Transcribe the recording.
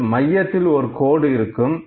அதில் மையத்தில் ஒரு கோடு இருக்கும்